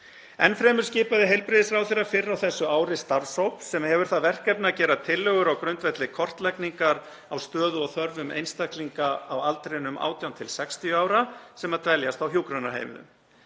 Enn fremur skipaði heilbrigðisráðherra fyrr á þessu ári starfshóp sem hefur það verkefni að gera tillögur á grundvelli kortlagningar á stöðu og þörfum einstaklinga á aldrinum 18–60 ára sem dveljast á hjúkrunarheimilum.